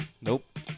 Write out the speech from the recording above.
Nope